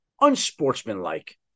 unsportsmanlike